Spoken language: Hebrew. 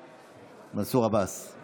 (קורא בשם חבר הכנסת) מנסור עבאס,